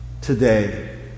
today